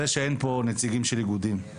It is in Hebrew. זה שאין פה נציגים של איגודים,